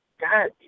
God